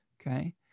Okay